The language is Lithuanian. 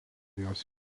jos